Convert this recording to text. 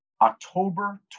October